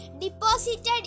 deposited